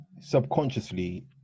subconsciously